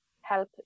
help